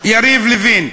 אלקין והשר יריב לוין.